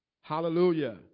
Hallelujah